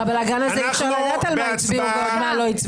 בבלגאן הזה אי-אפשר לדעת על מה הצביעו ועל מה לא הצביעו.